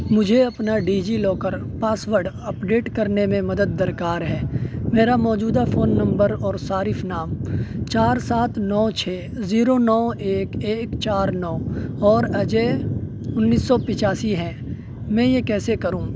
مجھے اپنا DigiLocker password update کرنے میں مدد درکار ہے میرا موجودہ فون نمبر اور صارف نام چار سات نو چھ زیرو نو ایک ایک چار نو اور اجے انیس سو پچاسی ہے میں یہ کیسے کروں